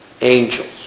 Angels